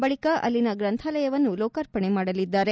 ಬಳಿಕ ಅಲ್ಲಿನ ಗ್ರಂಥಾಲಯವನ್ನು ಲೋಕಾರ್ಪಣೆ ಮಾಡಲಿದ್ದಾರೆ